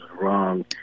wrong